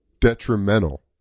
detrimental